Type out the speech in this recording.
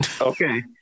okay